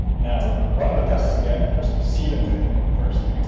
now we're going to run the tests again just to see them failing first.